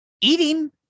eating